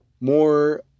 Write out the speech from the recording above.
more